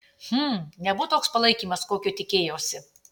hm nebuvo toks palaikymas kokio tikėjausi